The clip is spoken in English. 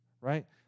right